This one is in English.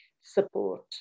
support